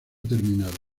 terminado